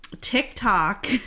TikTok